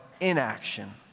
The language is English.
inaction—